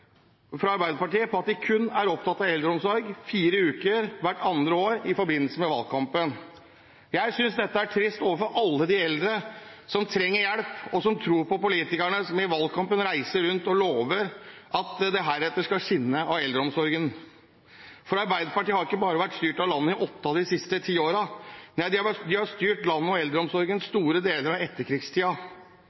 fra Arbeiderpartiet om at de kun er opptatt av eldreomsorg fire uker hvert andre år i forbindelse med valgkampen. Jeg synes dette er trist for alle de eldre som trenger hjelp, og som tror på politikerne som i valgkampen reiser rundt og lover at det heretter skal skinne av eldreomsorgen. Arbeiderpartiet har ikke bare styrt landet i åtte av de siste ti årene, nei, de har styrt landet og eldreomsorgen i store deler av